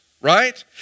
right